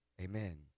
amen